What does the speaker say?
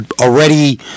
already